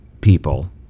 people